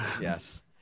Yes